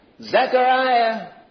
Zechariah